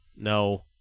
No